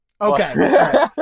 Okay